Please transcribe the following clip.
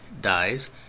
dies